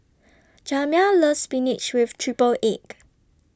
Jamya loves Spinach with Triple Egg